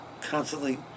constantly